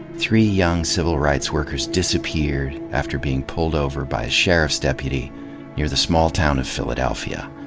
three young civil rights workers disappeared after being pulled over by a sheriff's deputy near the small town of philadelphia.